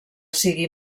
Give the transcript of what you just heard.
sigui